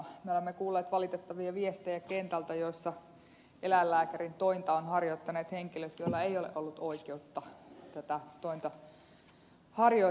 me olemme kuulleet kentältä valitettavia viestejä joissa eläinlääkärin tointa ovat harjoittaneet henkilöt joilla ei ole ollut oikeutta tätä tointa harjoittaa